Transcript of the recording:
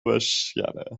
بشکنه